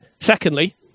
Secondly